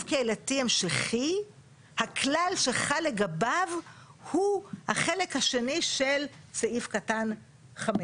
קהילתי המשכי הכלל שחל לגביו הוא החלק השני של סעיף קטן (5).